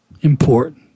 important